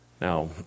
Now